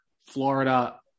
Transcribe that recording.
Florida